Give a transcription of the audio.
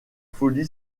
folie